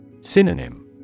Synonym